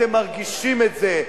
אתם מרגישים את זה.